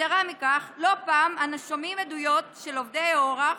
יתרה מכך, לא פעם אנו שומעים עדויות של עוברי אורח